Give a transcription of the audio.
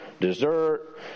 dessert